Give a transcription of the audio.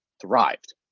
Thrived